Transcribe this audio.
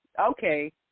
Okay